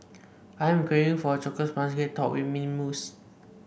I am craving for a chocolate sponge cake topped with mint mousse